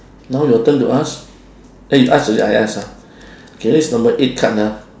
now your turn to ask eh you ask already I ask ah okay this is number eight card ah